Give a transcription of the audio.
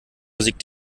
musik